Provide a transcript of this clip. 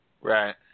right